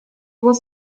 was